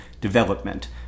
development